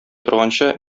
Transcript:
торганчы